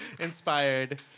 Inspired